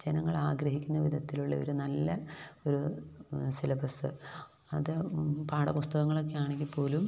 ജനങ്ങൾ ആഗ്രഹിക്കുന്ന വിധത്തിലുള്ളൊരു നല്ലയൊരു സിലബസ്സ് അത് പാഠപുസ്തകങ്ങളൊക്കെയാണെങ്കില്പ്പോലും